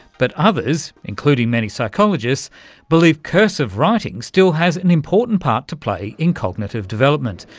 but others, including many psychologists believe cursive writing still has an important part to play in cognitive development,